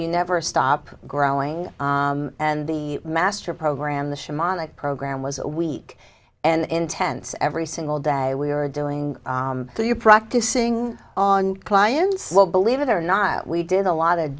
you never stop growing and the master program the program was a week and intense every single day we were doing your practicing clients well believe it or not we did a lot of